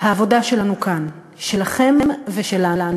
העבודה שלנו כאן, שלכם ושלנו,